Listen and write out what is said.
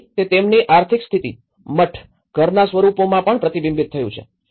તેથી તે તેમની આર્થિક સ્થિતિ મઠ ઘરના સ્વરૂપોમાં પણ પ્રતિબિંબિત થયું છે